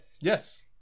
Yes